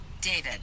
David